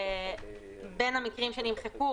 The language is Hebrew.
בין המקרים שנמחקו,